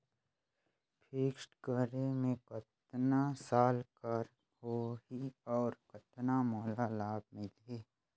Fixed करे मे कतना साल कर हो ही और कतना मोला लाभ मिल ही?